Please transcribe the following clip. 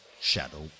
shadow